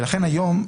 לכן היום,